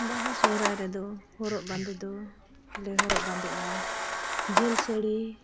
ᱵᱟᱦᱟ ᱥᱚᱦᱨᱟᱭ ᱨᱮᱫᱚ ᱦᱚᱨᱚᱜᱼᱵᱟᱸᱫᱮ ᱫᱚ ᱞᱮ ᱦᱚᱨᱚᱜ ᱵᱟᱸᱫᱮᱼᱟ ᱡᱷᱟᱹᱞ ᱥᱟᱹᱲᱤ